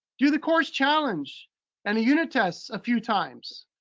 do the course challenge and the unit tests a few times.